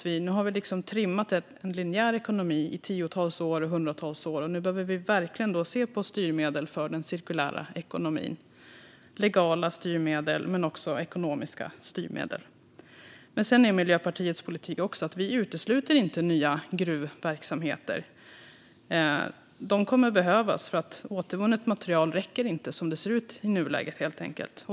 Vi har trimmat en linjär ekonomi i hundratals år, och nu behöver vi verkligen se på styrmedel för den cirkulära ekonomin - legala styrmedel men också ekonomiska styrmedel. Miljöpartiets politik utesluter inte nya gruvverksamheter. De kommer att behövas, för återvunnet material räcker helt enkelt inte som det ser ut i nuläget.